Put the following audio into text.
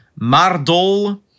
Mardol